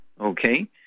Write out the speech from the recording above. okay